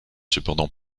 cependant